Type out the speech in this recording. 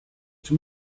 czy